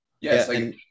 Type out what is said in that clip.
Yes